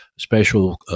special